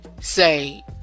say